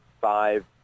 five